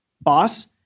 boss